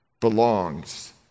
belongs